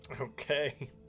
Okay